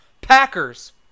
Packers